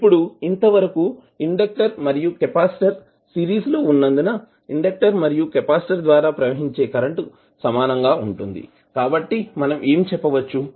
ఇప్పుడు ఇంతవరకు ఇండెక్టర్ మరియు కెపాసిటర్ సిరీస్లో ఉన్నందున ఇండెక్టర్ మరియు కెపాసిటర్ ద్వారా ప్రవహించే కరెంటు సమానంగా ఉంటుంది కాబట్టి మనం ఏమి చెప్పవచ్చు